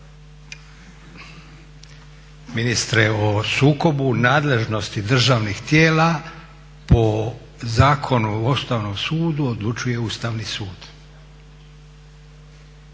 Ministre, o sukobu nadležnosti državnih tijela po Zakonu o Ustavnom sudu odlučuje Ustavni sud.